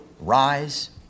Rise